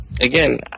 again